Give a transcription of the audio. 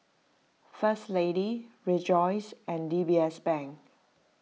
First Lady Rejoice and D B S Bank